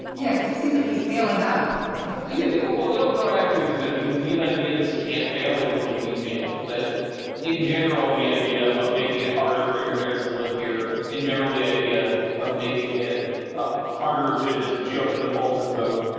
yeah, because it seems like he's failing up yeah, well, the overall attitude is that these these ideas can't fail. they can only be failed. that in general, the idea of making it harder for immigrants to live here in general, the idea of making it harder to just show up to the polls and vote,